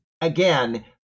again